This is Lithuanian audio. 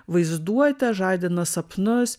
vaizduotę žadina sapnus